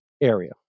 area